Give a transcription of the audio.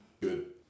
good